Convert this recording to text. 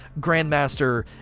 Grandmaster